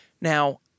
Now